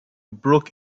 broke